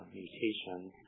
mutations